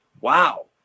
wow